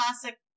Classic